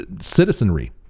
citizenry